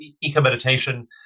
eco-meditation